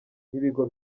n’ibigo